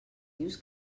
dius